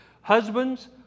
Husbands